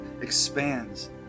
expands